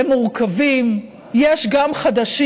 הם מורכבים, ויש גם חדשים.